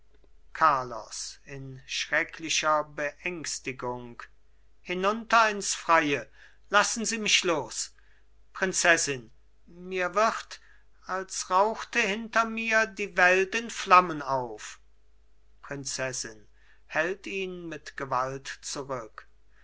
carlos in schrecklicher beängstigung hinunter ins freie lassen sie mich los prinzessin mir wird als rauchte hinter mir die welt in flammen auf prinzessin hält ihn mit gewalt zurück